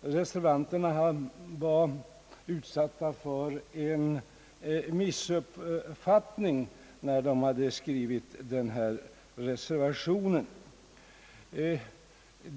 reservanterna var utsatta för en missuppfattning när de skrev reservationen.